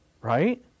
Right